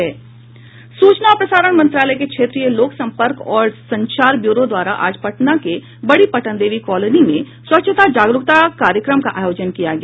सूचना और प्रसारण मंत्रालय के क्षेत्रीय लोक संपर्क और संचार ब्यूरो द्वारा आज पटना के बड़ी पटन देवी कॉलोनी में स्वच्छता जागरूकता कार्यक्रम का आयोजन किया गया